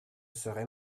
serai